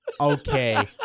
Okay